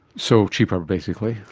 so, cheaper basically.